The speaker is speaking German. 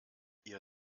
ihr